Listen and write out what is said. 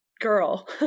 girl